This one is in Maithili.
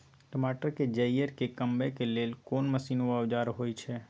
टमाटर के जईर के कमबै के लेल कोन मसीन व औजार होय छै?